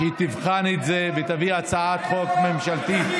היא תבחן את זה ותביא הצעת חוק ממשלתית.